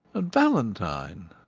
and valentine,